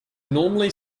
normally